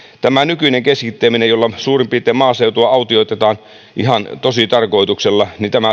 tämä nykyinen keskittäminen jolla suurin piirtein maaseutua autioitetaan ihan tositarkoituksella